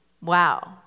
Wow